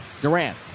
Durant